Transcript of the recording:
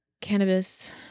cannabis